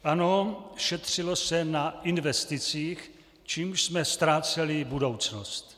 Ano, šetřilo se na investicích, čímž jsme ztráceli budoucnost.